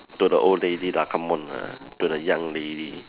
to the old lady lah come on lah to the young lady